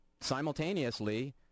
simultaneously –